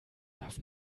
darf